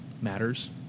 matters